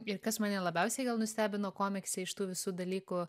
ir kas mane labiausiai nustebino komikse iš tų visų dalykų